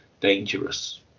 dangerous